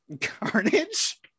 Carnage